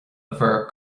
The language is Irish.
bhur